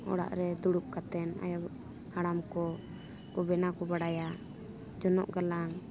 ᱚᱲᱟᱜ ᱨᱮ ᱫᱩᱲᱩᱵ ᱠᱟᱛᱮᱫ ᱟᱭᱳ ᱦᱟᱲᱟᱢ ᱠᱚ ᱵᱮᱱᱟᱣ ᱠᱚ ᱵᱟᱲᱟᱭᱟ ᱡᱚᱱᱚᱜ ᱜᱟᱞᱟᱝ